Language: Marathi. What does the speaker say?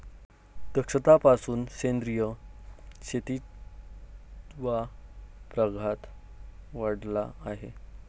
दशकापासून सेंद्रिय शेतीचा प्रघात वाढला आहे